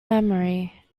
memory